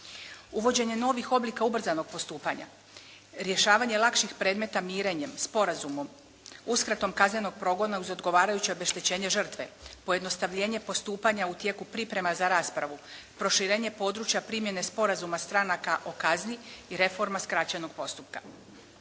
Uvođenje novih oblika ubrzanog postupanja, rješavanje lakših predmeta mirenjem, sporazumom, uskratom kaznenog progona uz odgovarajuća obeštećenja žrtve, pojednostavljenje postupanja u tijeku priprema za raspravu, proširenje područja primjene sporazuma stranaka o kazni i reforma skraćenog postupka,